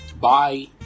Bye